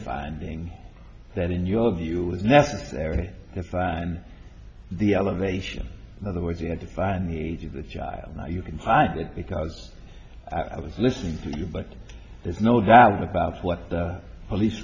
finding that in your view was necessary to define the elevation in other words you had to find the age of the child now you can hide that because i was listening to you but there's no doubt about what the police